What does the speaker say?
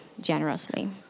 generously